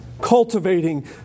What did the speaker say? cultivating